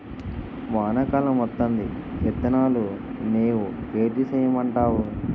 వానా కాలం వత్తాంది ఇత్తనాలు నేవు ఏటి సేయమంటావు